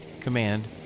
Command